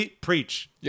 preach